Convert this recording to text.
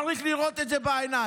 צריך לראות את זה בעיניים,